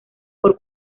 por